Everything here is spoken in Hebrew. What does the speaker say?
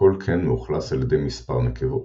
כל קן מאוכלס על ידי מספר נקבות,